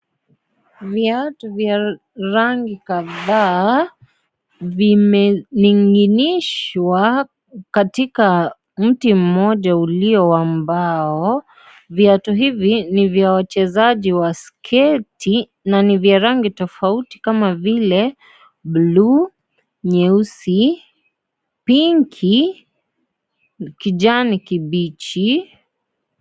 Viatu vya rangi kadhaa vimening'inshwa katika mti mmoja uliona wa mbao. Viatu hivi ni vya wachezaji wa sketi na ni vya rangi tofauti kama vile blue , nyeusi, pinki, kijani kibichi...